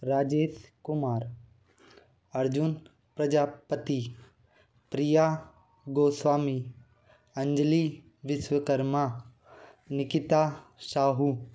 Rajesh Kumar Arjun Prajapati Priya Goswami Anjali Vishwakarma Nikita Sahu